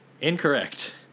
Incorrect